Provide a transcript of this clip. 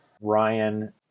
Ryan